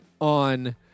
on